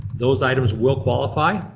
those items will qualify.